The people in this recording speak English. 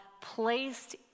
placed